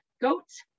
goats